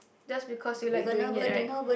just because you like doing it right